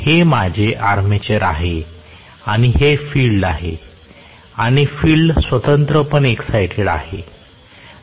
हे माझे आर्मेचर आहे आणि हे फील्ड आहे आणि फील्ड स्वतंत्रपणे एक्सायटेड आहे